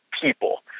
people